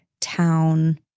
town